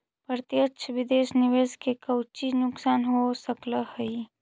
प्रत्यक्ष विदेश निवेश के कउची नुकसान हो सकऽ हई